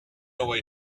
away